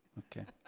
okay.